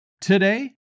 today